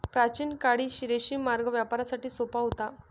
प्राचीन काळी रेशीम मार्ग व्यापारासाठी सोपा होता